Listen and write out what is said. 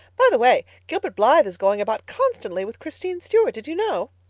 by the way, gilbert blythe is going about constantly with christine stuart. did you know?